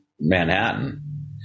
Manhattan